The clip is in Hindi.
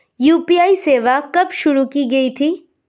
यू.पी.आई सेवा कब शुरू की गई थी?